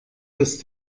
dass